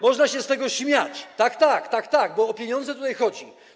Można się z tego śmiać, tak tak, tak tak, bo o pieniądze tutaj chodzi.